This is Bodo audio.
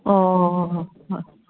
अ अ अ अ